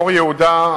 אור-יהודה,